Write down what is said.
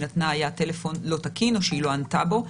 נתנה היה לא תקין או שהיא לא ענתה בו.